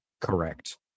correct